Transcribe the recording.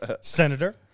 Senator